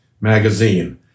magazine